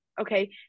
okay